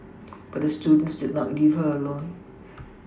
but her students did not leave her alone